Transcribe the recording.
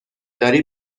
داری